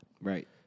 Right